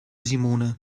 simone